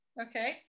okay